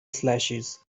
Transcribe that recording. slashes